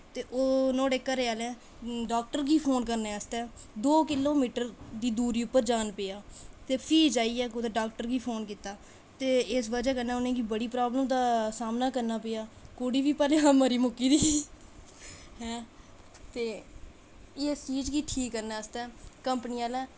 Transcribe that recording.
ते ओह् नुहाड़े घरै आह्लें डॉक्टर गी फोन करने आस्तै दौ किलोमीटर दी दूरी उप्पर जाना पेआ ते फ्ही जाइयै कुदै उ'नें डॉक्टर गी फोन कीता ते इस बजह कन्नै उनेंगी बड़ी प्रॉब्लम दा सामना करना पेआ ते कुड़ी बी मरी मुक्की दी ही ते उस चीज़ गी ठीक करने आस्तै कंपनी आह्लें